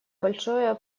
большое